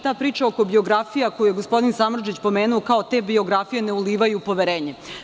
Ta priča oko biografija koju je gospodin Samardžić pomenuo, kao te biografije ne ulivaju poverenje.